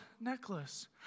necklace